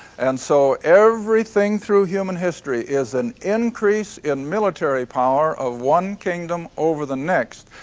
and so everything through human history is an increase in military power of one kingdom over the next.